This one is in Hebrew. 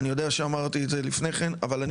אני יודע שאמרתי את זה לפניכן אבל אני